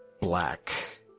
black